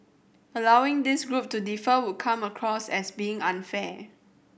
allowing this group to defer would come across as being unfair